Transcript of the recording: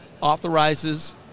authorizes